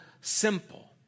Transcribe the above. simple